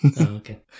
Okay